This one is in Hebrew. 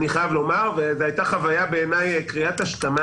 הייתה חוויה בעיניי שהיא קריאת השכמה